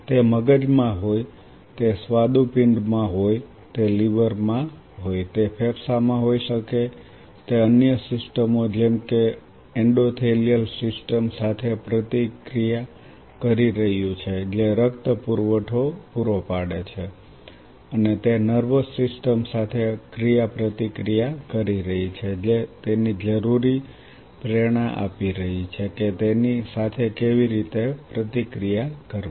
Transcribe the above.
તે મગજમાં હોય તે સ્વાદુપિંડ માં હોય તે લીવર માં હોય તે ફેફસામાં હોય શકે તે અન્ય સિસ્ટમો જેમ કે એન્ડોથેલિયલ સિસ્ટમ સાથે ક્રિયાપ્રતિક્રિયા કરી રહ્યું છે જે રક્ત પુરવઠો પૂરો પાડે છે અને તે નર્વસ સિસ્ટમ સાથે ક્રિયાપ્રતિક્રિયા કરી રહી છે જે તેની જરૂરી પ્રેરણા આપી રહી છે કે તેની સાથે કેવી રીતે પ્રતિક્રિયા કરવી